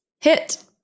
hit